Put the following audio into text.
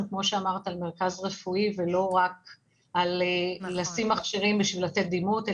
כמו שאמרת על מרכז רפואי ולא רק על לשים מכשירים בשביל לתת דימות,